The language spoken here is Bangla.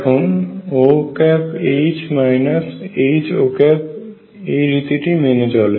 এখন ÔH HÔ এই রীতি টি মেনে চলে